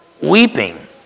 weeping